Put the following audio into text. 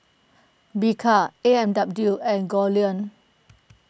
Bika A and W and Goldlion